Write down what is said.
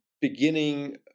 beginning